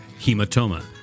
hematoma